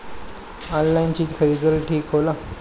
Online चीज खरीदल ठिक होला?